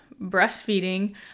breastfeeding